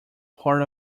part